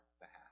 behalf